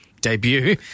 debut